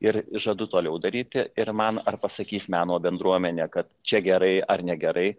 ir žadu toliau daryti ir man ar pasakys meno bendruomenė kad čia gerai ar negerai